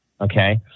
okay